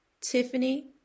Tiffany